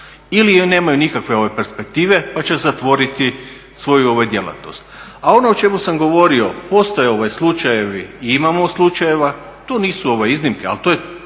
ili nemaju nikakve perspektive pa će zatvoriti svoju djelatnost. A ono o čemu sam govorio postoje slučajevi i imamo slučajeva, to nisu iznimke ali to je